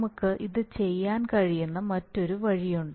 നമുക്ക് ഇത് ചെയ്യാൻ കഴിയുന്ന മറ്റൊരു വഴിയുണ്ട്